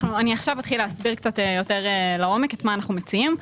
אני עכשיו אתחיל להסביר קצת יותר לעומק את מה שאנחנו מציעים.